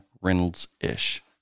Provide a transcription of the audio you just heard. Reynolds-ish